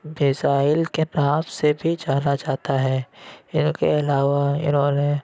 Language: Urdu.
میزائل کے نام سے بھی جانا جاتا ہے اِن کے علاوہ اِنہوں نے